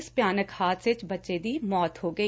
ਇਸ ਭਿਆਨਕ ਹਾਦਸੇ ਚ ਬੱਚੇ ਦੀ ਮੌਤ ਹੋ ਗਈ